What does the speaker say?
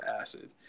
acid